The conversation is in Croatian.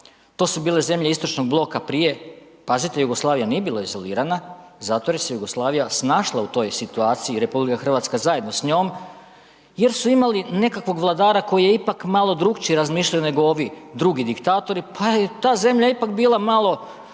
to su bile zemlje Istočnog Bloka prije, pazite, Jugoslavija nije bila izolirana zato jer se Jugoslavija snašla u toj situaciji, RH zajedno s njom jer su imali nekakvog vladara koji je ipak malo drukčije razmišljao nego ovi drugi diktatori, pa je ta zemlja ipak bila malo,